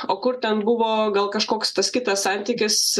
o kur ten buvo gal kažkoks tas kitas santykis